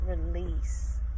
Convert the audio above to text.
release